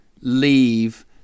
leave